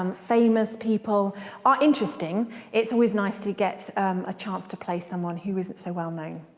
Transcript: um famous people are interesting it's always nice to get a chance to play someone who isn't so well known.